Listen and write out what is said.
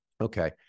Okay